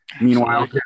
Meanwhile